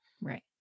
right